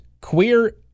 queer